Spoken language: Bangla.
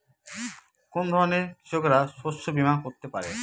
কোন ধরনের কৃষকরা শস্য বীমা করতে পারে?